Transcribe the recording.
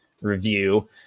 review